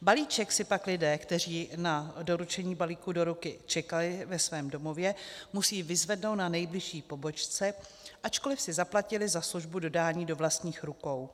Balíček si pak lidé, kteří na doručení balíku do ruky čekali ve svém domově, musí vyzvednout na nejbližší pobočce, ačkoliv si zaplatili za službu dodání do vlastních rukou.